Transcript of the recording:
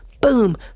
boom